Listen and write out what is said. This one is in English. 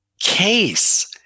case